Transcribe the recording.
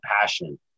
passion